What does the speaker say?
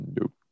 Nope